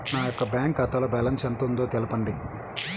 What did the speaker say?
నా యొక్క బ్యాంక్ ఖాతాలో బ్యాలెన్స్ ఎంత ఉందో తెలపండి?